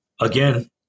Again